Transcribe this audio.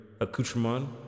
accoutrement